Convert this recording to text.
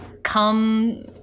Come